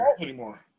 anymore